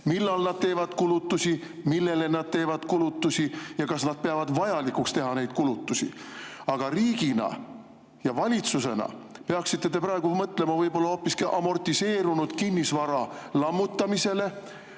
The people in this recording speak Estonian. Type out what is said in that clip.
millal nad teevad kulutusi, millele nad teevad kulutusi ja kas nad peavad vajalikuks teha neid kulutusi. Riigi ja valitsusena peaksite te praegu mõtlema võib-olla hoopiski amortiseerunud kinnisvara lammutamisele